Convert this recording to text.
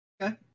Okay